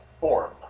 form